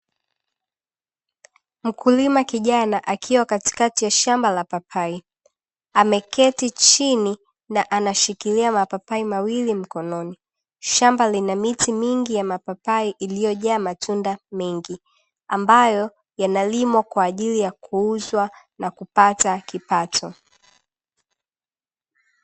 Mkulima kijana akiwa katikati ya shamba la papai ameketi chini na anashikilia mapapai mawili mikononi. Shamba lina miti mingi ya mipapai iliyojaa matunda mengi ambayo yanalimwa kwa ajili ya kuuzwa na kupata kipato.